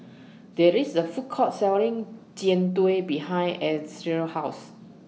There IS A Food Court Selling Jian Dui behind House